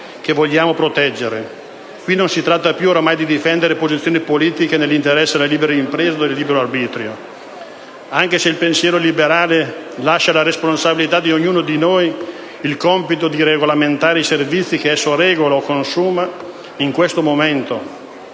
che vogliamo proteggere, qui non si tratta più ormai di difendere posizioni politiche nell'interesse della libera impresa o del libero arbitrio. Anche se il pensiero liberale lascia alla responsabilità di ognuno il compito di regolamentare i servizi che esso eroga o consuma, in questo momento,